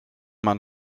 man